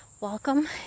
welcome